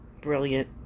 Brilliant